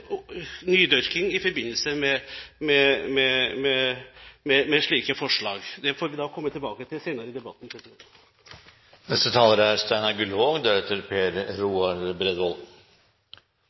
nydyrking i forbindelse med slike forslag. Det får vi komme tilbake til senere i debatten.